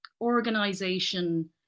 organization